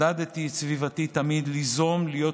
תמיד עודדתי את סביבתי ליזום ולהיות